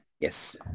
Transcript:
Yes